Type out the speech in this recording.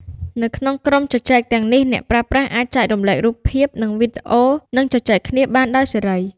នៅក្នុងក្រុមជជែកទាំងនេះ អ្នកប្រើប្រាស់អាច ចែករំលែករូបភាព និងវីដេអូ និងជជែកគ្នាបានដោយសេរី។